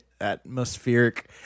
atmospheric